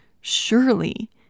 surely